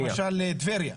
אני מדבר למשל על טבריה?